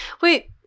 wait